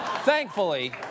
Thankfully